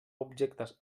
objectes